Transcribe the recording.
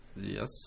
Yes